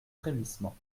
frémissement